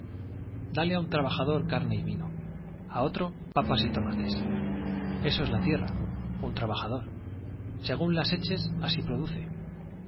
dale á un trabajador carne y vino á otro papas las y tomates eso es la tierra trabajador según un eches así produce